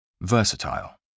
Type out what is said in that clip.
Versatile